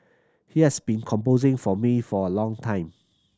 he has been composing for me for a long time